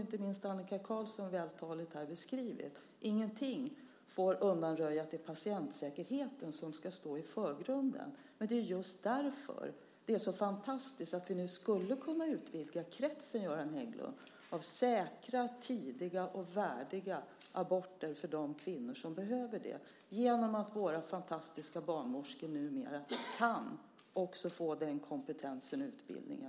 Inte minst Annika Qarlsson har ju vältaligt beskrivit här att ingenting får undanröja att patientsäkerheten ska stå i förgrunden. Men just därför, Göran Hägglund, är det så fantastiskt att vi nu skulle kunna utvidga kretsen av säkra, tidiga och värdiga aborter för de kvinnor som behöver det genom att våra fantastiska barnmorskor numera också kan få denna kompetens och utbildning.